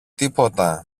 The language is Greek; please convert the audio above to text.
τίποτα